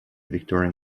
victorian